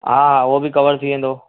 हा हा उहो बि कवर थी वेंदो